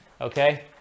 okay